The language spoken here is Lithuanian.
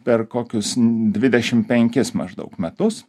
per kokius dvidešim penkis maždaug metus